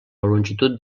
longitud